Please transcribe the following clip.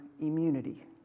immunity